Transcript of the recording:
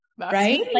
Right